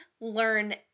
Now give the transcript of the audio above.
learn